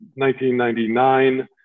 1999